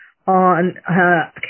On